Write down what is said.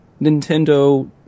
Nintendo